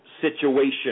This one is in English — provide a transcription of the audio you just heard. situation